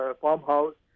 farmhouse